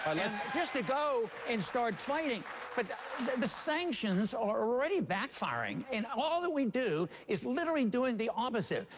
and just to go and start fighting but the sanctions are already backfiring. and all that we do is literally doing the opposite.